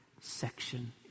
section